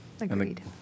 Agreed